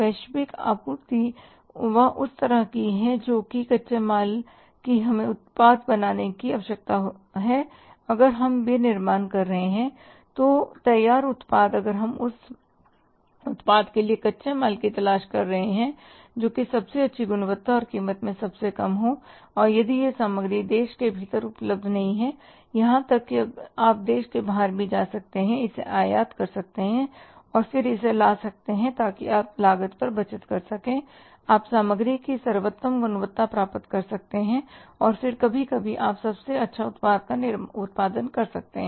वैश्विक आपूर्ति व उस तरह की है जो भी कच्चे माल की हमें उत्पाद बनाने की आवश्यकता है अगर हम विनिर्माण कर रहे हैं तो तैयार उत्पाद अगर हम उस उत्पाद के लिए कच्चे माल की तलाश कर रहे हैं जो कि सबसे अच्छी गुणवत्ता और कीमत में सबसे कम है और यदि यह सामग्री देश के भीतर उपलब्ध नहीं है यहां तक कि आप देश से बाहर भी जा सकते हैं इसे आयात कर सकते हैं और फिर इसे ला सकते हैं ताकि आप लागत पर बचत कर सकें आप सामग्री की सर्वोत्तम गुणवत्ता प्राप्त कर सकते हैं और फिर कभी कभी आप सबसे अच्छा उत्पाद का उत्पादन कर सकते हैं